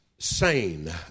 Sane